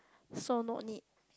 so no need